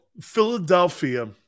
Philadelphia